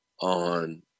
on